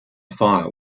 fire